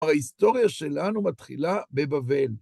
הרי היסטוריה שלנו מתחילה בבבל.